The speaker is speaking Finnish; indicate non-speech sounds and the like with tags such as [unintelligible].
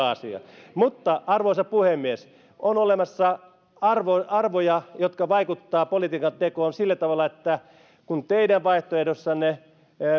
[unintelligible] asia mutta arvoisa puhemies on olemassa arvoja arvoja jotka vaikuttavat politiikan tekoon sillä tavalla että kun teidän vaihtoehdossanne